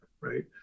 right